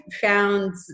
found